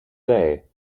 day